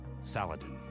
Saladin